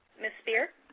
ms. spear